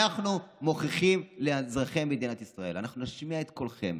אנחנו מוכיחים לאזרחי מדינת ישראל: אנחנו נשמיע את קולכם,